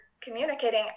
communicating